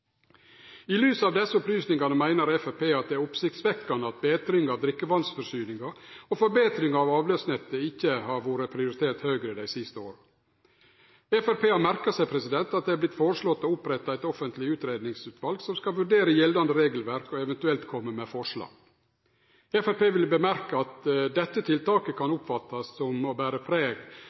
I lys av desse opplysningane meiner Framstegspartiet at det er oppsiktsvekkjande at betring av drikkevatnforsyninga og forbetring av avløpsnettet ikkje har vore prioritert høgare dei siste åra. Framstegspartiet har merka seg at det er vorte foreslått å opprette eit offentleg utgreiingsutval som skal vurdere gjeldande regelverk og eventuelt kome med forslag. Framstegspartiet meiner at dette tiltaket kan oppfattast som å bere preg